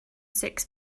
six